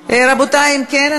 רבותי, אם כן,